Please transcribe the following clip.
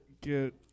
get